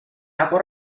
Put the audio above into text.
nagu